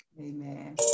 Amen